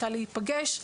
את הלהיפגש,